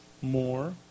More